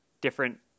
different